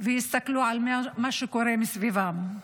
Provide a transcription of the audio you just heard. ויסתכלו על מה שקורה סביבם.